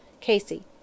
Casey